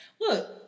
Look